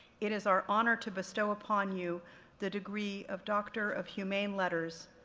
it is our honor to bestow upon you the degree of doctor of humane letters,